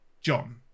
John